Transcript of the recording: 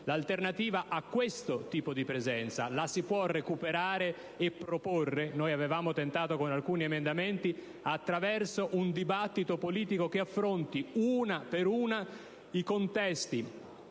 l'alternativa a questo tipo di presenza la si può recuperare e proporre - noi lo avevamo tentato con alcuni emendamenti - attraverso un dibattito politico che affronti, uno per uno, i contesti